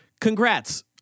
congrats